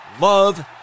Love